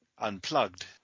Unplugged